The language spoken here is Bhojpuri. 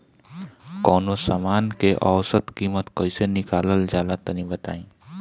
कवनो समान के औसत कीमत कैसे निकालल जा ला तनी बताई?